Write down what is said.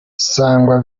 sangwa